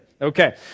Okay